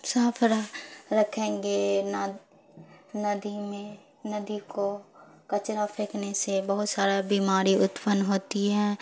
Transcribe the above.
صاف رہ رکھیں گے نہ ندی میں ندی کو کچرا پھینکنے سے بہت سارا بیماری اتپن ہوتی ہے